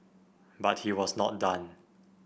but he was not done